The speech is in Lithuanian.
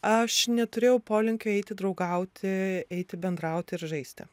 aš neturėjau polinkio eiti draugauti eiti bendrauti ir žaisti